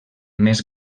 més